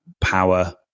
power